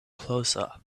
closer